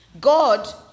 God